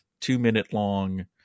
two-minute-long